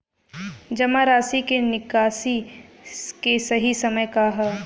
जमा राशि क निकासी के सही समय का ह?